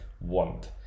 want